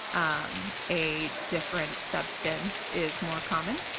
um a different substance is more common.